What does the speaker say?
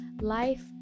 life